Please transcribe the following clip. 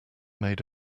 made